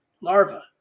larva